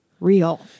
real